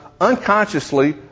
unconsciously